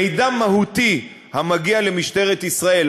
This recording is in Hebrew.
מידע מהותי המגיע למשטרת ישראל,